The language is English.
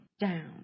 Down